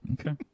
Okay